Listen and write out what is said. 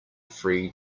free